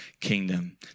kingdom